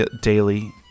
daily